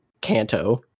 Kanto